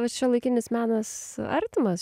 vat šiuolaikinis menas artimas